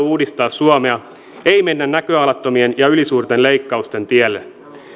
uudistaa suomea ei mennä näköalattomien ja ylisuurten leikkausten tielle